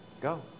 Go